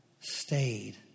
stayed